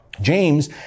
James